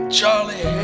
Charlie